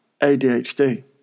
ADHD